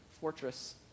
fortress